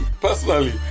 personally